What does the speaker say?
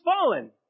fallen